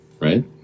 right